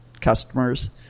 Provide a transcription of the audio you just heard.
customers